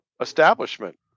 establishment